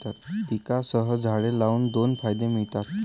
पिकांसह झाडे लावून दोन फायदे मिळतात